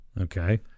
Okay